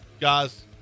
Guys